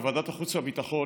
בוועדת החוץ והביטחון,